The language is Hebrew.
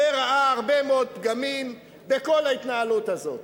וראה הרבה מאוד פגמים בכל ההתנהלות הזאת.